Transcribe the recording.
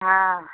हँ